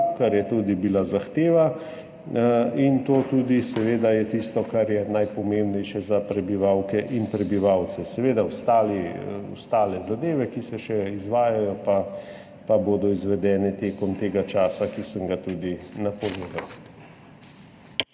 kar je bila tudi zahteva, in to je seveda tisto, kar je najpomembnejše za prebivalke in prebivalce. Ostale zadeve, ki se še izvajajo, pa bodo izvedene v tem času, ki sem ga tudi napovedal.